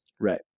Right